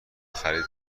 خرید